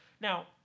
Now